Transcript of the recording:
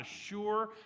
assure